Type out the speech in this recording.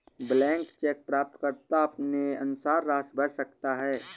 blank cheque प्राप्तकर्ता अपने अनुसार राशि भर सकता है